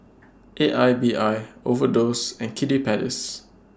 A I B I Overdose and Kiddy Palace